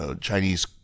Chinese